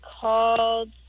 called